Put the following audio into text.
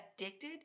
addicted